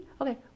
Okay